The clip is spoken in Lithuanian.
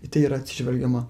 į tai yra atsižvelgiama